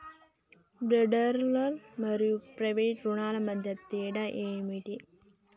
Federal మరియు private రుణాల మధ్య తేడా ఏమిటి?